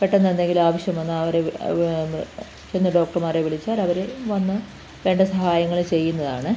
പെട്ടെന്നെന്തെങ്കിലുമാവശ്യം വന്നാൽ അവരെ അവരത് ചെന്ന് ഡോക്ടർമാരെ വിളിച്ചാലവര് വന്ന് വേണ്ട സഹായങ്ങൾ ചെയ്യുന്നതാണ്